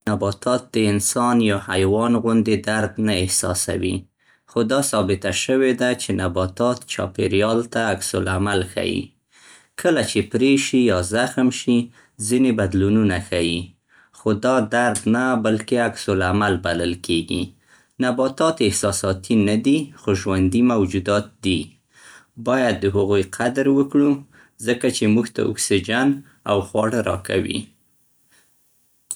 ساینس وايي چې نباتات د انسان یا حیوان غوندې درد نه احساسوي. خو دا ثابته شوې ده چې نباتات چاپېریال ته عکس‌العمل ښيي. کله چې پرې شي یا زخم شي، ځینې بدلونونه ښيي. خو دا درد نه بلکې عکس‌العمل بلل کېږي. نباتات احساساتي نه دي، خو ژوندی موجودات دي. باید د هغوی قدر وکړو، ځکه چې موږ ته اکسیجن او خواړه راکوي.